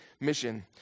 mission